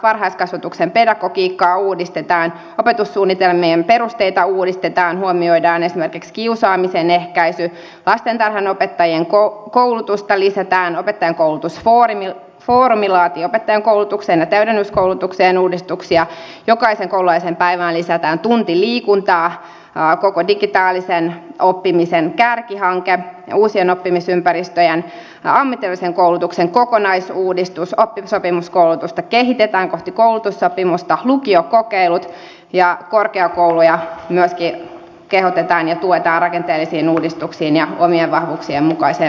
varhaiskasvatuksen pedagogiikkaa uudistetaan opetussuunnitelmien perusteita uudistetaan huomioidaan esimerkiksi kiusaamisen ehkäisy lastentarhanopettajien koulutusta lisätään opettajankoulutusfoorumi laatii opettajankoulutukseen ja täydennyskoulutukseen uudistuksia jokaisen koululaisen päivään lisätään tunti liikuntaa on koko digitaalisen oppimisen kärkihanke uusien oppimisympäristöjen ja ammatillisen koulutuksen kokonaisuudistus oppisopimuskoulutusta kehitetään kohti koulutussopimusta lukiokokeilut ja myöskin korkeakouluja tuetaan ja kehotetaan rakenteellisiin uudistuksiin ja omien vahvuuksien mukaiseen profilointiin